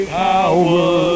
power